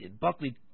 Buckley